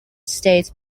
state